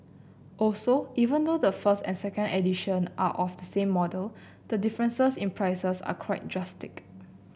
also even though the first and second edition are of the same model the difference in prices is quite drastic